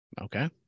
Okay